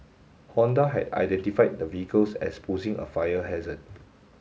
Honda had identified the vehicles as posing a fire hazard